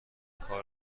کار